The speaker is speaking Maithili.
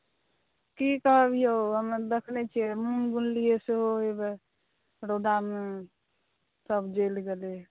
की कहब यौ हमरा देखै नहि छियै सेहो रौदामे सभ जरि गेलै